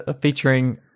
Featuring